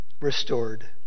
restored